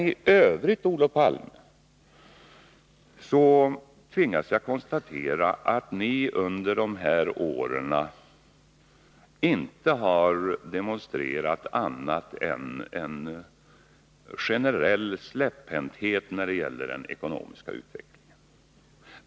I övrigt, Olof Palme, tvingas jag konstatera att ni under de borgerliga regeringsåren har demonstrerat en generell släpphänthet när det gäller den ekonomiska utvecklingen.